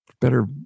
better